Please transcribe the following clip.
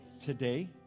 Today